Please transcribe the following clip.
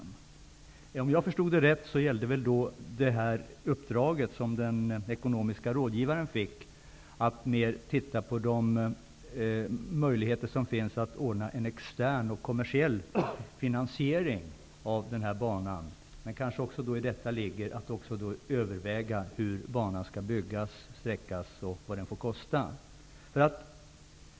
Om jag har förstått detta rätt, gällde det uppdrag som den ekonomiske rådgivaren fick att se på de möjligheter som finns att ordna en extern och kommersiell finansiering av denna bana. Men i detta kanske även ligger att överväga hur banan skall byggas, hur den skall sträckas och vad den får kosta.